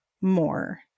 more